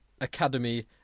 academy